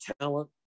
talent